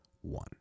one